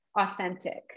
authentic